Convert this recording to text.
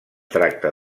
tracta